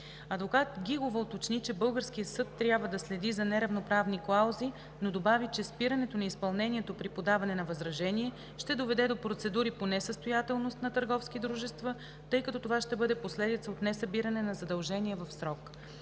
Адвокат Гигова уточни, че българският съд трябва да следи за неравноправни клаузи, но добави, че спирането на изпълнението при подаване на възражение ще доведе до процедури по несъстоятелност на търговски дружества, тъй като това ще бъде последица от несъбиране на задълженията в срок.